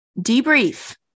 debrief